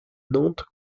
nantes